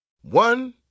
One